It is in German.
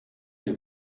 ihr